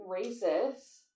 racist